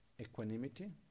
equanimity